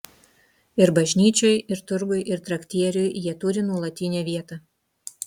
ir bažnyčioj ir turguj ir traktieriuj jie turi nuolatinę vietą